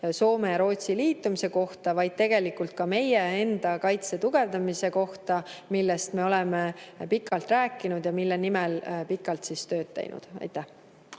Soome ja Rootsi liitumise kohta, vaid tegelikult ka meie enda kaitse tugevdamise kohta, millest me oleme pikalt rääkinud ja mille nimel me oleme pikalt tööd teinud. Aitäh!